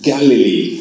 Galilee